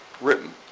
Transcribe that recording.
written